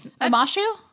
Amashu